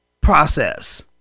process